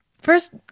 First